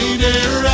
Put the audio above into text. dear